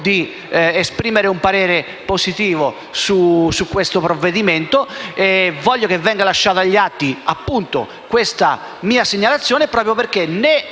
Grazie